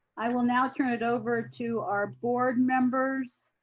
i will now turn it over to our board members.